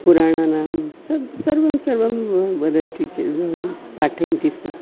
पुराणानां स सर्वं सर्वं वदन्ति चेद् पाठयन्ति स्म